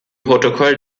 protokoll